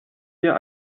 wir